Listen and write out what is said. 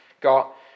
got